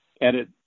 edit